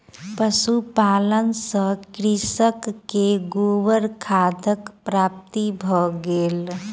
पशुपालन सॅ कृषक के गोबर खादक प्राप्ति भ गेल